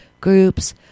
groups